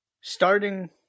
Starting